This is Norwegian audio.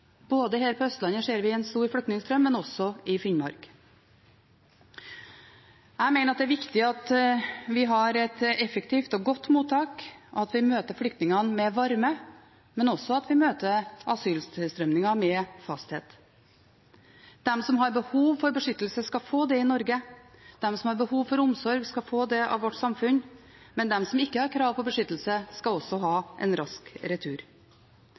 Finnmark. Jeg mener at det er viktig at vi har et effektivt og godt mottak, at vi møter flyktningene med varme, men også at vi møter asyltilstrømmingen med fasthet. De som har behov for beskyttelse, skal få det i Norge, de som har behov for omsorg, skal få det av vårt samfunn, men de som ikke har krav på beskyttelse, skal ha en rask retur.